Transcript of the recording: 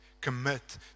Commit